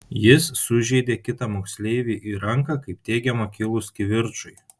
jis sužeidė kitą moksleivį į ranką kaip teigiama kilus kivirčui